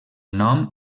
nom